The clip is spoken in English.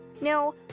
No